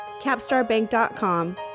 CapstarBank.com